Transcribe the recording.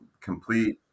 complete